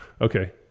Okay